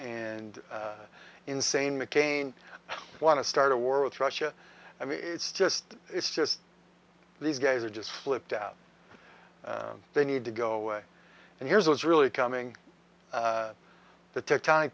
and insane mccain want to start a war with russia i mean it's just it's just these guys are just flipped out they need to go away and here's what's really coming the tec